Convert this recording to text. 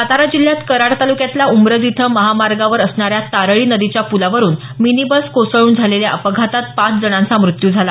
सातारा जिल्ह्यात कराड तालुक्यातल्या उंब्रज इथं महामार्गावर असणाऱ्या तारळी नदीच्या प्लावरून मिनी बस कोसळून झालेल्या अपघातात पाच जणांचा मृत्यू झाला